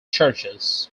churches